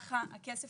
וכך עם הכסף